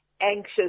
anxious